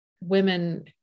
women